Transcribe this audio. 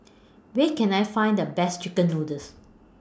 Where Can I Find The Best Chicken Noodles